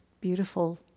beautiful